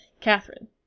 Catherine